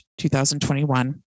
2021